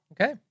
Okay